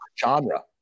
Genre